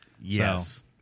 Yes